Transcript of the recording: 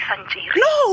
no